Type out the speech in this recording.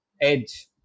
edge